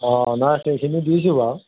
অঁ নাই সেইখিনি দিছোঁ বাৰু